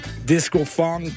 disco-funk